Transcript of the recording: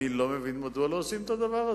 אני לא מבין מדוע לא עושים את הדבר הזה.